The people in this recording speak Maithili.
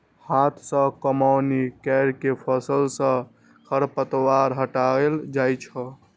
हाथ सं कमौनी कैर के फसल सं खरपतवार हटाएल जाए छै